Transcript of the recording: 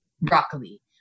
broccoli